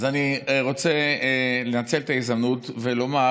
אז אני רוצה לנצל את ההזדמנות ולומר: